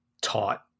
taught